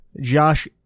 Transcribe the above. Josh